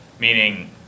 Meaning